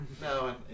No